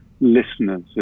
listeners